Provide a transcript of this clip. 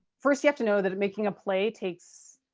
first, you have to know that making a play takes,